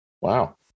Wow